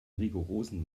rigorosen